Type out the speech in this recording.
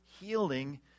healing